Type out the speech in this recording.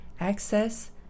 access